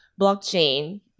blockchain